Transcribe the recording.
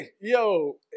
Yo